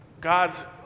God's